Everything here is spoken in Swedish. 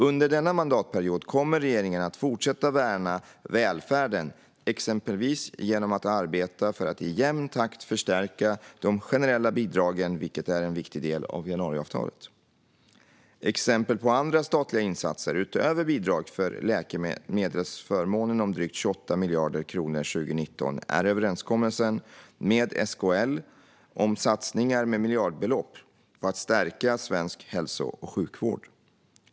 Under denna mandatperiod kommer regeringen att fortsätta värna välfärden exempelvis genom att arbeta för att i jämn takt förstärka de generella bidragen, vilket är en viktig del i januariavtalet. Exempel på andra statliga insatser, utöver bidrag för läkemedelsförmånen om drygt 28 miljarder kronor 2019, är överenskommelsen med SKL om satsningar med miljardbelopp på att stärka svensk hälso och sjukvård.